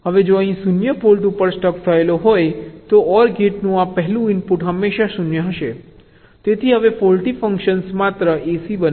હવે જો અહીં 0 ફોલ્ટ ઉપર સ્ટક થયેલો હોય તો આ OR ગેટનું આ પહેલું ઇનપુટ હંમેશા 0 રહેશે તેથી હવે ફોલ્ટી ફંક્શન માત્ર ac બને છે